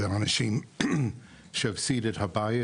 זה אנשים שהפסידו את הבית,